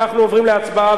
אנחנו עוברים להצבעה,